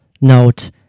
note